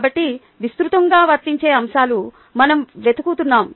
కాబట్టి విస్తృతంగా వర్తించే అంశాలు మనం వెతుకుతున్నవి